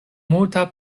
multa